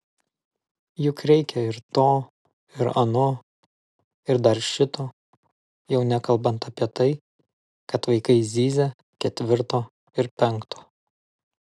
juk reikia ir to ir ano ir dar šito jau nekalbant apie tai kad vaikai zyzia ketvirto ir penkto